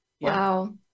Wow